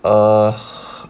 err